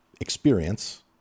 experience